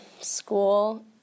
school